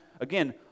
again